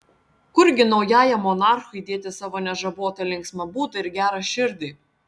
kurgi naujajam monarchui dėti savo nežabotą linksmą būdą ir gerą širdį